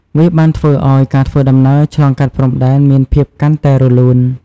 វាបានធ្វើឲ្យការធ្វើដំណើរឆ្លងកាត់ព្រំដែនមានភាពកាន់តែរលូន។